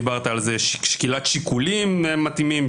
דיברת על זה שקילת שיקולים מתאימים,